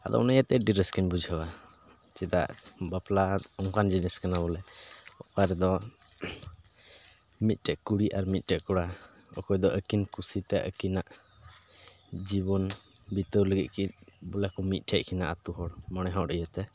ᱟᱫᱚ ᱱᱤᱭᱟᱹᱛᱮ ᱟᱹᱰᱤ ᱨᱟᱹᱥᱠᱟᱹᱧ ᱵᱩᱡᱷᱟᱹᱣᱟ ᱪᱮᱫᱟᱜ ᱵᱟᱯᱞᱟ ᱚᱱᱠᱟᱱ ᱡᱤᱱᱤᱥ ᱠᱟᱱᱟ ᱵᱚᱞᱮ ᱚᱠᱟ ᱨᱮᱫᱚ ᱢᱤᱫᱴᱮᱱ ᱠᱩᱲᱤ ᱟᱨ ᱢᱤᱫᱴᱮᱱ ᱠᱚᱲᱟ ᱚᱠᱚᱭ ᱫᱚ ᱟᱹᱠᱤᱱ ᱠᱩᱥᱤᱛᱮ ᱟᱹᱠᱤᱱᱟᱜ ᱡᱤᱵᱚᱱ ᱵᱤᱛᱟᱹᱣ ᱞᱟᱹᱜᱤᱫ ᱵᱚᱞᱮ ᱠᱚ ᱢᱤᱫ ᱴᱷᱮᱱ ᱠᱤᱱᱟᱹ ᱟᱹᱛᱩ ᱦᱚᱲ ᱢᱚᱬᱮ ᱦᱚᱲ ᱤᱭᱟᱹ ᱛᱮ